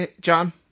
John